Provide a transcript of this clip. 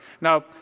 Now